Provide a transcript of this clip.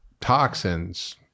toxins